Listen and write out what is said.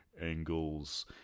angles